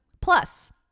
Plus